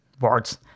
words